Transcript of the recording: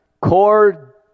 core